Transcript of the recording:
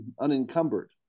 unencumbered